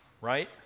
right